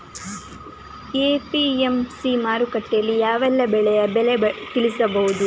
APMC ಮಾರುಕಟ್ಟೆಯಲ್ಲಿ ಯಾವೆಲ್ಲಾ ಬೆಳೆಯ ಬೆಲೆ ತಿಳಿಬಹುದು?